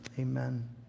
Amen